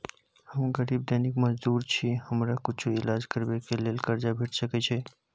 हम गरीब दैनिक मजदूर छी, हमरा कुछो ईलाज करबै के लेल कर्जा भेट सकै इ?